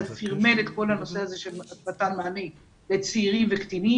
הוא הביא את כל הנושא הזה של מתן מענים לצעירים וקטינים.